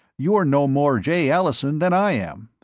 you're no more jay allison than i am.